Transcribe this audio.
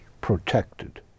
protected